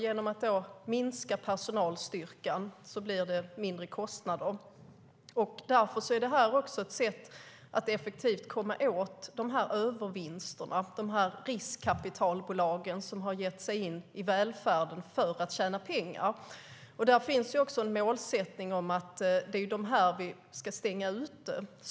Genom att minska personalstyrkan blir det mindre kostnader. Därför är detta ett sätt att också effektivt komma åt övervinsterna och de riskkapitalbolag som har gett sig in i välfärden för att tjäna pengar. Det finns en målsättning att de ska stängas ute.